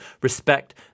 respect